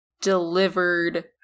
delivered